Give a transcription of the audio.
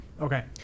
okay